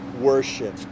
worship